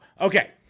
Okay